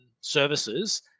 services –